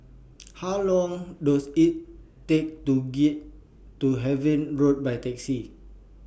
How Long Does IT Take to get to Harvey Road By Taxi